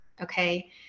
okay